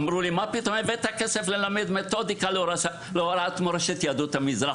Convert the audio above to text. אמרו לי: "מה פתאום הבאת כסף ללמד מתודיקה להוראת מורשת יהדות המזרח?